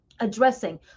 addressing